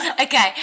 Okay